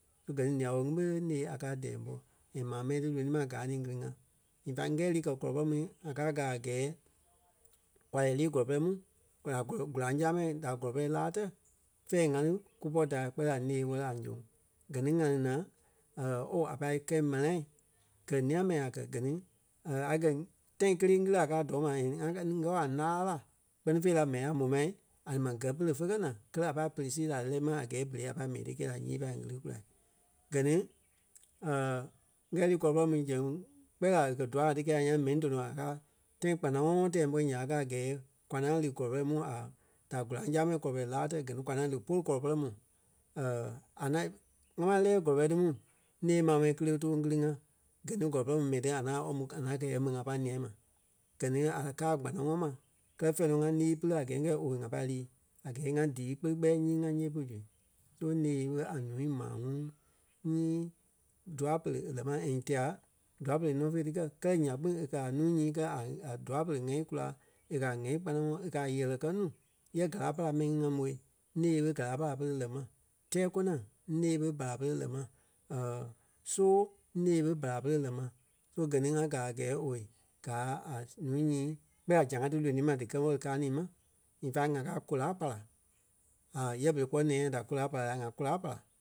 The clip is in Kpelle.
Gɛ ni lîi-woo ŋí ɓé ńee a káa dɛɛ ḿbɔ. E maa mɛni ti lonii ma gaa ní ŋili-ŋa. In fact ŋ́gɛɛ lí kɛ́ kɔlɔ pɔrɔŋ mu ŋá ká gaa a gɛɛ kwa lɛ́ɛ lii kɔlɔ pɛrɛ mu kula- kɔlɔ- góraŋ zamɛi da kɔlɔ pɛrɛ laa tɛ́ fɛ̂ɛ ŋá lí kúpɔ taai kpɛɛ la ńee ŋwɛ́li a ńzoŋ. Gɛ ni ŋa lí naa ooo a pâi kɛi mãna gɛ́ ńîa mɛni ŋai kɛ́ gɛ ni a gɛ́ tãi kélee ŋili a kɛ́ a dóo ma and ŋa kɛ ŋ́ɔɔ a laa la. Kpɛ́ni fêi la m̀ɛni a mó mai, a ni ma gɛ́ pere fe kɛ́ naa kɛlɛ a pâi pere sii da lɛ́ ma a gɛɛ berei a pâi mɛni ti kɛ́i la nyii pâi ŋili kula. Gɛ ni ŋ́gɛɛ li kɔlɔ pɔrɔŋ mu zɛŋ kpɛɛ la e kɛ̀ dua láa ti kɛi a ńyãa mɛni dɔnɔ a kaa tãi kpanaŋɔɔi tɛɛ ḿbɔ ya ɓe kaa a gɛɛ kwa ŋaŋ lí kɔlɔ pɛrɛ mu a da góraŋ sama kɔlɔ pɛrɛ la tɛ́ gɛ ni kwa ŋaŋ lí pôlu kɔlɔ pɛrɛ mu a ŋaŋ ŋá maŋ lɛ́ɛ kɔlɔ pɛrɛ ti mu née maa mɛni kili e too ŋili-ŋa gɛ ni kɔlɔ pɔrɔŋ mu mɛni ti a ŋaŋ almost- a ŋaŋ kɛɛ yɛ ɓe ŋa pâi ńîa ma. Gɛ ni a kaa a kpanaŋɔɔi ma kɛ́lɛ fɛ̂ɛ nɔ ŋa lîi pili a gɛɛ ǹyɛɛ owei ŋa pâi lii. A gɛɛ ŋá díi kpeli kpɛɛ nyii ŋa ńyee pú zu. So ńee ɓé a nuu maa ŋuŋ nyii dûa-pere e lɛ́ ma and tela dûa-pere nɔ fé ti kɛ. Kɛ́lɛ nyaa kpîŋ e kɛ̀ a nuu nyii kɛ́ a- a dûa-pere ŋ̀ɛi kula. E kɛ̀ a ŋ̀ɛi kpanaŋɔɔi e kɛ́ a ɣɛ̂lɛ kɛ́ nuu yɛ gála para mɛni ŋa mó. Ńee ɓé gála para pere lɛ́ ma. Tɛ́ɛ kóna ńee ɓe bara pere lɛ́ ma so, ńee ɓé bara pere lɛ́ ma. So gɛ ni ŋá gaa a gɛɛ owei gaa a ǹúui nyii kpɛɛ la zãa ti lonii ma dí kɛ́ wɛli káa ní ma. In fact ŋa kaa góla para yɛ berei kpɔ́ nɛyaa da góla para la ŋa góla para.